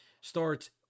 starts